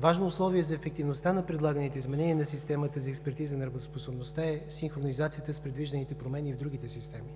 Важно условие за ефективността на предлаганите изменения на системата за експертиза на работоспособността е синхронизацията с предвижданите промени в другите системи.